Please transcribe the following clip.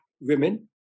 women